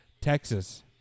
Texas